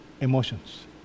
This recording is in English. emotions